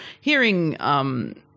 hearing